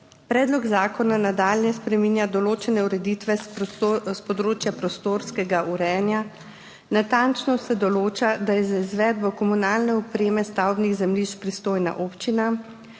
Predlog zakona nadalje spreminja določene ureditve s področja prostorskega urejanja. Natančno se določa, da je za izvedbo komunalne opreme stavbnih zemljišč pristojna občina.